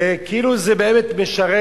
וכאילו זה באמת משרת